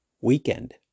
weekend